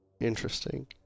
Interesting